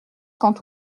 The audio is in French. quand